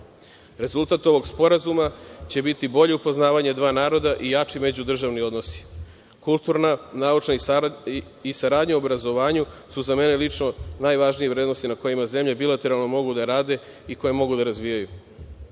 agresije. Rezultat ovog sporazuma će biti bolje upoznavanje dva naroda i jači međudržavni odnosi, kulturna, naučna i saradnja u obrazovanju su za mene lično, najvažnije vrednosti kojima zemlje mogu bilateralno da rade i koje mogu da razvijaju.